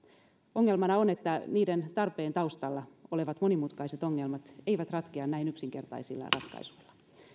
ongelmana on että niiden tarpeen taustalla olevat monimutkaiset ongelmat eivät ratkea näin yksinkertaisilla ratkaisuilla